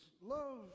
Love